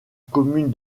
commune